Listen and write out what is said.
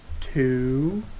two